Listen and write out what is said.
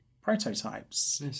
prototypes